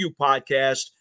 podcast